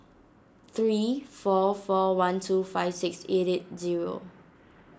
three four four one two five six eight eight zero